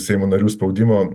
seimo narių spaudimo